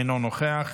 אינו נוכח,